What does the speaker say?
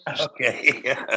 Okay